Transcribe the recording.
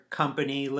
company